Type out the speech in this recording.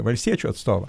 valstiečių atstovą